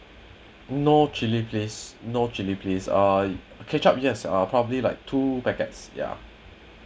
no chilli please no chilli please uh ketchup yes uh probably like two packets ya